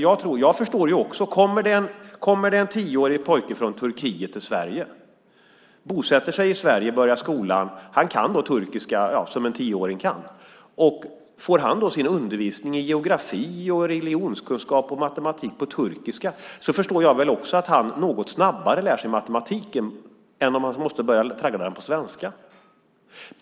Man kan tänka sig en tioårig pojke från Turkiet som kommer till Sverige och bosätter sig här och börjar skolan. Han kan då turkiska som en tioåring kan. Om han då får sin undervisning i geografi, religionskunskap och matematik på turkiska förstår också jag att han lär sig matematiken något snabbare än om han måste börja traggla den på svenska.